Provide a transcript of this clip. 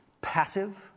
passive